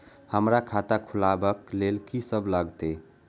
हमरा खाता खुलाबक लेल की सब लागतै?